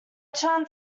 chan